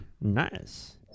Nice